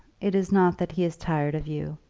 it is not that he is tired of you.